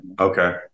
Okay